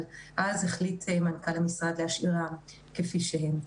אבל אז החליט מנכ"ל המשרד להשאירם כפי שהם.